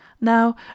Now